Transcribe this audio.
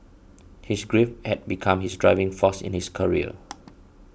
his grief had become his driving force in his career